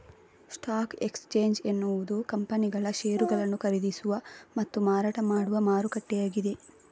stock exchange ಎನ್ನುವುದು ಕಂಪನಿಗಳ ಷೇರುಗಳನ್ನು ಖರೀದಿಸುವ ಮತ್ತು ಮಾರಾಟ ಮಾಡುವ ಮಾರುಕಟ್ಟೆಯಾಗಿದೆ